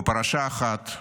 בפרשה אחת,